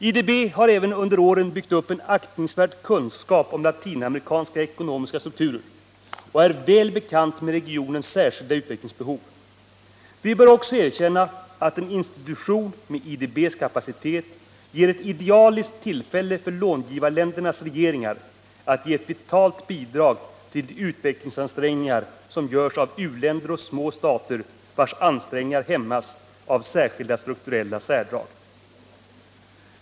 IDB har även under åren byggt upp en aktningsvärd kunskap om Latinamerikas ekonomiska struktur och är väl bekant med regionens särskilda utvecklingsbehov. Vi bör också erkänna att en institution med IDB:s kapacitet ger ett idealiskt tillfälle för långivarländernas regeringar att ge ett vitalt bidrag till de utvecklingsansträngningar som görs av länder som är öar och små stater vars ansträngningar hämmas av särskilda strukturella särdrag.